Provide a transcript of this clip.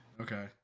Okay